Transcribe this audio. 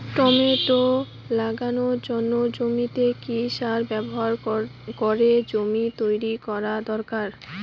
Tomato লাগানোর জন্য জমিতে কি সার ব্যবহার করে জমি তৈরি করা দরকার?